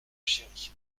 chérie